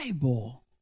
Bible